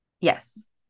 Yes